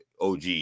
OG